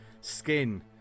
skin